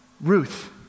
Ruth